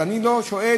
ואני פה שואל,